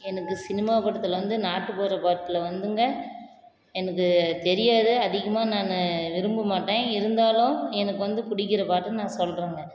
எனக்கு சினிமா கூட்டத்துலேருந்து நாட்டுப்புற பாட்டில் வந்துங்க எனக்கு தெரியாது அதிகமாக நானு விரும்பமாட்டேன் இருந்தாலும் எனக்கு வந்து பிடிக்கிற பாட்டு நான் சொல்கிறேங்க